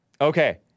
Okay